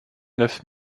neuf